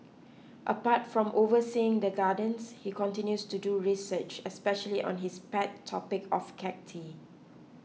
apart from overseeing the gardens he continues to do research especially on his pet topic of cacti